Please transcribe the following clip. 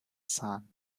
sun